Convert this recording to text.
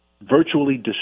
virtually